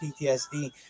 PTSD